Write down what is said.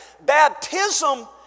Baptism